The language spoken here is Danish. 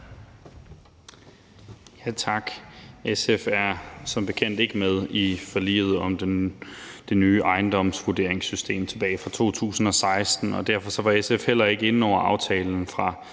Tak. SF er som bekendt ikke med i forliget om det nye ejendomsvurderingssystem tilbage fra 2016, og derfor var SF heller ikke inde over aftalen fra